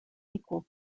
equal